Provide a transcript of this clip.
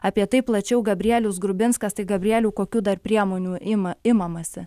apie tai plačiau gabrielius grubinskas tai gabrieliau kokių dar priemonių ima imamasi